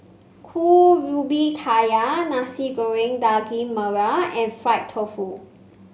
Kuih Ubi Kayu Nasi Goreng Daging Merah and Fried Tofu